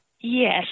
Yes